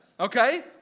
Okay